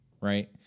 right